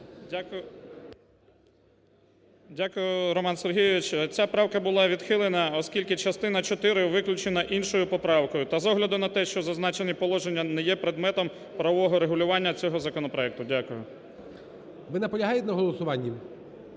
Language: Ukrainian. Дякую, Романе Сергійовичу. Ця правка була відхилена, оскільки частина чотири виключена іншою поправкою та з огляду на те, що зазначені положення не є предметом правового регулювання цього законопроекту. Дякую. ГОЛОВУЮЧИЙ. Ви наполягаєте на голосуванні?